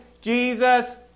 Jesus